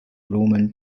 roman